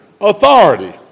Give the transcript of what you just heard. authority